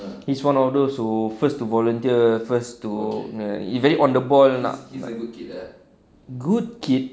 he's one of those who first to volunteer first to it very on the ball nak good kid